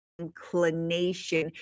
inclination